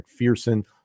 McPherson